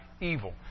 evil